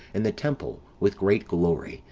and the temple, with great glory,